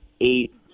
eight